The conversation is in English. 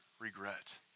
regret